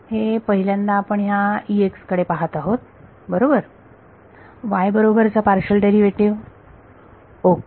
हे पहिल्यांदा आपण ह्या कडे पाहात आहोत बरोबर y बरोबरचा पार्शियल डेरिव्हेटिव्ह ओके